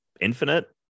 Infinite